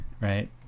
right